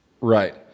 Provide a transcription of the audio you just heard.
right